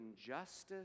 injustice